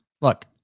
Look